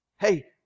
Hey